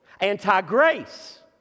anti-grace